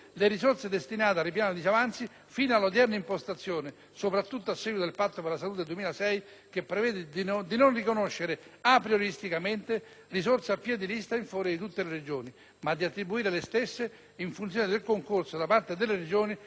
fino alla odierna impostazione, soprattutto a seguito del Patto per la salute 2006, che prevede di non riconoscere aprioristicamente risorse a piè di lista in favore di tutte le Regioni, ma di attribuire le stesse in funzione del concorso da parte delle Regioni nella formazione dei disavanzi.